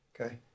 Okay